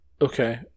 Okay